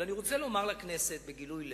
אני רוצה לומר לכנסת בגילוי לב: